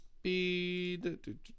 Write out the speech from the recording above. speed